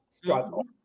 Struggle